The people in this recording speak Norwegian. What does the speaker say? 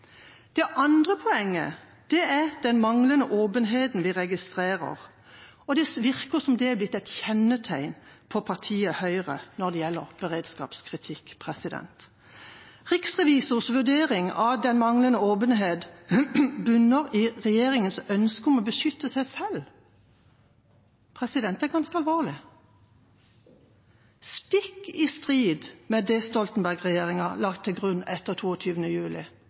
Det andre poenget er den manglende åpenheten vi registrerer. Det virker som det har blitt et kjennetegn på partiet Høyre når det gjelder beredskapskritikk. Riksrevisjonens vurdering av den manglende åpenheten bunner i regjeringas ønske om å beskytte seg selv – det er ganske alvorlig – stikk i strid med det Stoltenberg-regjeringa la til grunn etter 22. juli,